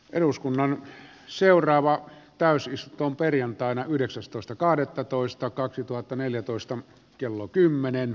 eduskunnan seuraavaa täysys on perjantaina yhdeksästoista kahdettatoista kaksituhattaneljätoista kello kymmenen